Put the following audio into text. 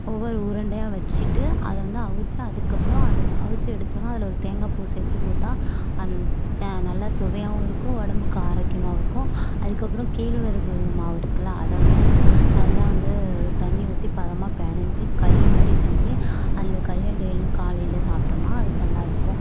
ஒவ்வொரு உருண்டையாக வெச்சிட்டு அதை வந்து அவிச்சு அதுக்கப்புறம் அதை அவிச்சு எடுத்தோடனே அதில் ஒரு தேங்காய்ப்பூ சேர்த்துப் போட்டால் அந்த தே நல்ல சுவையாகவும் இருக்கும் உடம்புக்கு ஆரோக்கியமாகவும் இருக்கும் அதுக்கப்புறம் கேழ்வரகு மாவு இருக்குதுல்ல அதை வந்து நல்லா வந்து தண்ணி ஊற்றி பதமாக பெசைஞ்சி களி மாதிரி செஞ்சு அந்த களியை டெய்லியும் காலையில் சாப்பிட்டோம்னா அதுக்கு நல்லாயிருக்கும்